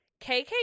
KK